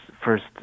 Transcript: first